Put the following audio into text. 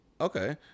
okay